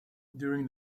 during